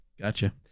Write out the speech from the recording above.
Gotcha